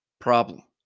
problem